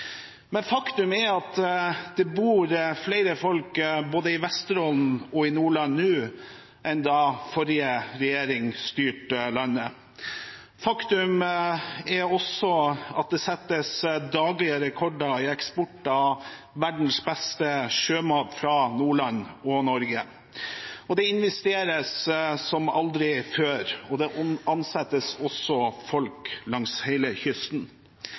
Men faktum er at det bor flere folk både i Vesterålen og i Nordland nå enn da forrige regjering styrte landet. Faktum er også at det settes daglige rekorder i eksport av verdens beste sjømat fra Nordland og Norge. Det investeres som aldri før, og det ansettes også folk langs hele kysten.